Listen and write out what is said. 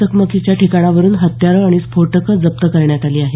चकमकीच्या ठिकाणावरून हत्यारं आणि स्फोटकं जप्त करण्यात आली आहेत